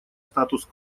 статус